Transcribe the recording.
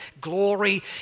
glory